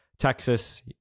Texas